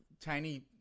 tiny